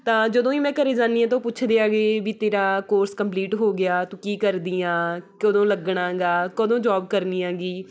ਤਾਂ ਜਦੋਂ ਹੀ ਮੈਂ ਘਰ ਜਾਂਦੀ ਹਾਂ ਤਾਂ ਉਹ ਪੁੱਛਦੇ ਆਗੇ ਵੀ ਤੇਰਾ ਕੋਰਸ ਕੰਪਲੀਟ ਹੋ ਗਿਆ ਤੂੰ ਕੀ ਕਰਦੀ ਆ ਕਦੋਂ ਲੱਗਣਾ ਹੈਗਾ ਕਦੋਂ ਜੋਬ ਕਰਨੀ ਹੈਗੀ